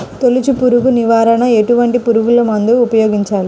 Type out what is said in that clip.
తొలుచు పురుగు నివారణకు ఎటువంటి పురుగుమందులు ఉపయోగించాలి?